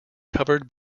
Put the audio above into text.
covered